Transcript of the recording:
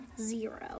zero